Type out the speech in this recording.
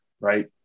right